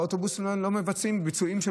והאוטובוסים לא מבצעים.